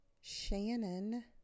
Shannon